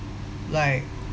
like